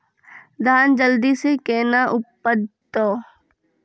धान जल्दी से के ना उपज तो?